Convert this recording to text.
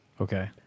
okay